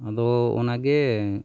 ᱟᱫᱚ ᱚᱱᱟᱜᱮ